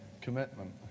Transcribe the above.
commitment